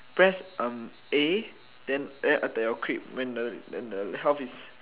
press um A then then attack your creep when the when the health is